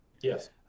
Yes